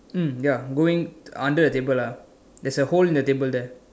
mm ya going under the table ah there's a hole in the table there